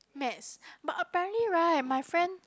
Maths but apparently right my friend